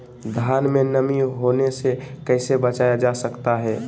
धान में नमी होने से कैसे बचाया जा सकता है?